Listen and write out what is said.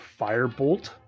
Firebolt